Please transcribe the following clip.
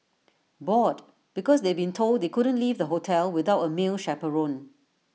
bored because they'd been told they couldn't leave the hotel without A male chaperone